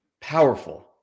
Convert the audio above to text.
powerful